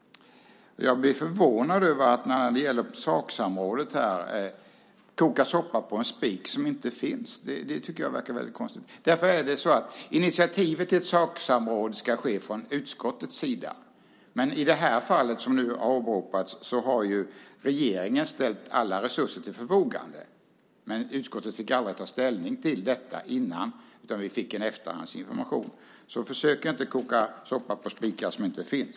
Jag blir därför förvånad över det som sades om saksamrådet; det är att koka soppa på en spik som inte finns. Det var mycket märkligt. Initiativet till ett saksamråd ska tas från utskottets sida. I det fall som här åberopades hade regeringen ställt alla resurser till förfogande, men utskottet fick aldrig ta ställning till det, utan vi fick i stället en efterhandsinformation. Försök inte koka soppa på spikar som inte finns!